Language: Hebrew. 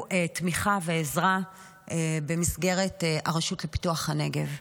תמיכה ועזרה במסגרת הרשות לפיתוח הנגב.